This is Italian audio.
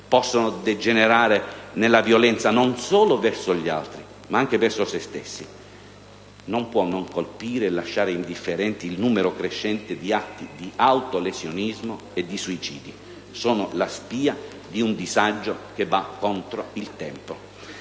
possono degenerare nella violenza non solo verso gli altri, ma anche verso se stessi. Non può non colpire e lasciare indifferente il numero crescente di atti di autolesionismo e di suicidi: sono la spia di un disagio che va contro il tempo.